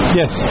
yes